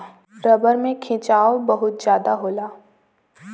rubber में खिंचाव बहुत जादा होला